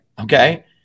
Okay